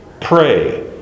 pray